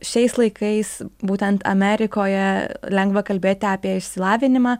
šiais laikais būtent amerikoje lengva kalbėti apie išsilavinimą